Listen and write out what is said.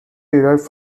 derived